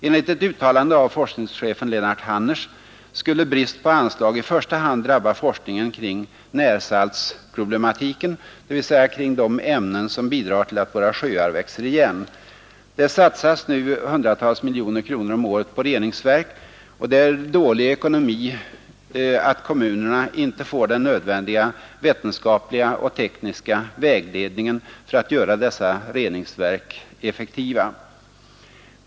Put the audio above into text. Enligt ett uttalande av forskningschefen Lennart Hannerz skulle brist på anslag i första hand drabba forskning kring närsaltsproblematiken, dvs. kring de ämnen som bidrar till att våra sjöar växer igen. Det satsas nu hundratals miljoner kronor om året på reningsverk, och det är dålig ekonomi att kommuner inte får den nödvändiga vetenskapliga och tekniska vägledningen för att göra dessa reningsverk effektiva.